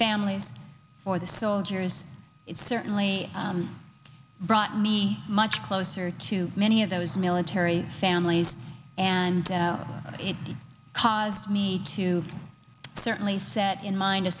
families for the soldiers it certainly brought me much closer to many of those military families and it caused me to certainly set in mind a